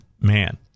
man